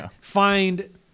find